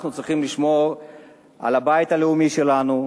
אנחנו צריכים לשמור על הבית הלאומי שלנו.